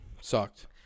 Sucked